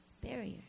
barrier